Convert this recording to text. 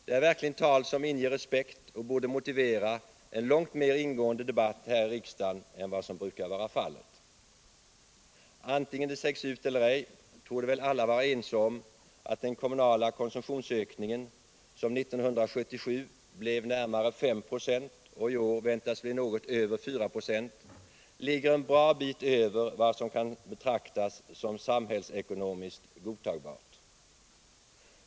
Det är verkligen tal som inger respekt och borde motivera en långt mer ingående debatt här i riksdagen än vad som brukar vara fallet. Vare sig det sägs ut eller ej torde väl alla vara ense om att den kommunala konsumtionsökningen, som 1977 blev närmare 5 96 och i år väntas bli något över 4 96, ligger en bra bit över vad som kan betraktas som samhällsekonomiskt godtagbart.